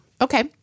okay